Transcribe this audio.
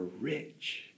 rich